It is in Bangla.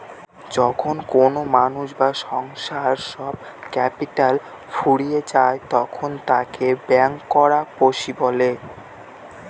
যখন কোনো মানুষ বা সংস্থার সব ক্যাপিটাল ফুরিয়ে যায় তখন তাকে ব্যাংকরাপসি বলে